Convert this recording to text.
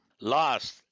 Last